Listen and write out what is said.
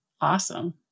Awesome